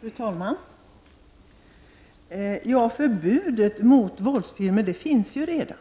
Fru talman! Förbudet mot våldsfilmer finns redan.